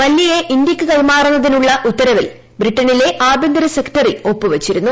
മല്യയെ ഇന്ത്യയ്ക്ക് കൈമാറാനുള്ള ഉത്തരവിൽ ബ്രിട്ടനിലെ ആഭ്യന്തര സെക്രട്ടറി ഒപ്പുവച്ചിരുന്നു